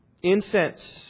Incense